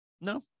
No